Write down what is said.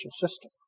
system